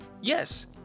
Yes